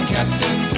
Captain